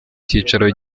icyiraro